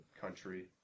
country